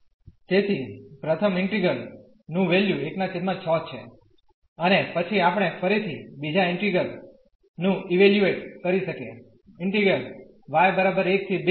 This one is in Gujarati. તેથી પ્રથમ ઇન્ટિગ્રલ નું વેલ્યુ16 છે અને પછી આપણે ફરીથી બીજા ઇન્ટિગ્રલ નું ઇવેલ્યુએટ કરી શકીએ